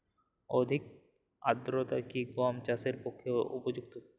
অধিক আর্দ্রতা কি গম চাষের পক্ষে উপযুক্ত?